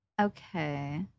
Okay